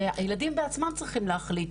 שהילדים בעצמם צריכים להחליט,